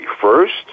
First